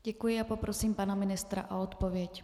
Děkuji a poprosím pana ministra o odpověď.